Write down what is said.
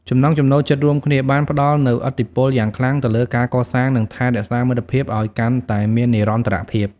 ចំណង់ចំណូលចិត្តរួមគ្នាបានផ្តល់នូវឥទ្ធិពលយ៉ាងខ្លាំងទៅលើការកសាងនិងថែរក្សាមិត្តភាពឲ្យកាន់តែមាននិរន្តរភាព។